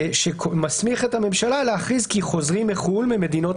שמסמיך את הממשלה להכריז כי חוזרים מחו"ל ממדינות